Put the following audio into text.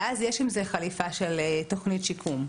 ואז יש עם זה חליפה של תוכנית שיקום,